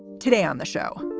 today on the show,